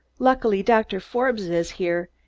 luckily, doctor forbes is here,